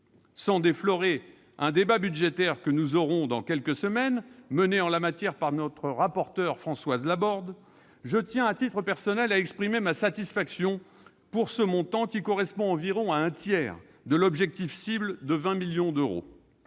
Sans déflorer un débat budgétaire que nous aurons dans quelques semaines, et qui sera mené par notre rapporteure Françoise Laborde, je tiens, à titre personnel, à exprimer ma satisfaction quant à ce montant, qui correspond à environ un tiers de l'objectif cible de 20 millions d'euros.